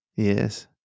Yes